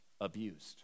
abused